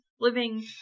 living